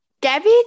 gabby